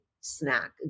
snack